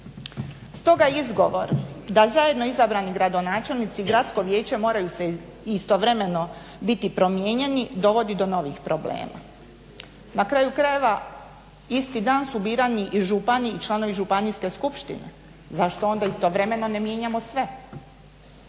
Stoga izgovor da zajedno izabrani gradonačelnici gradsko vijeće moraju se istovremeno biti promijenjeni, dovodi do novih problema. Na kraju krajeva isti dan su birani i župani i članovi županijske skupštine, zašto onda istovremeno ne mijenjamo sve?